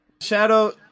Shadow